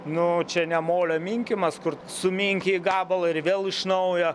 nu čia ne molio minkymas kur suminkei gabalą ir vėl iš naujo